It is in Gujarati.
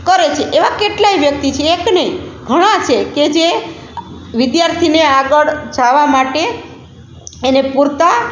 કરે છે એવા કેટલાય વ્યક્તિ છે એક નહીં ઘણા છે કે જે વિદ્યાર્થીને આગળ જવા માટે એને પૂરતાં